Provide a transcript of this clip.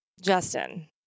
Justin